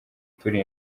turi